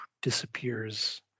disappears